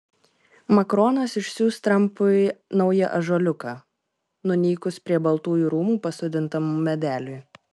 makronas išsiųs trampui naują ąžuoliuką nunykus prie baltųjų rūmų pasodintam medeliui